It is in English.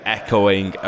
echoing